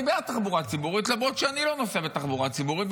אני בעד תחבורה ציבורית למרות שאני לא נוסע בתחבורה ציבורית,